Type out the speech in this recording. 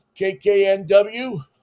KKNW